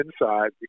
inside